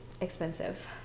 expensive